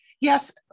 yes